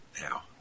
now